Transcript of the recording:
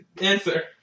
answer